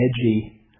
edgy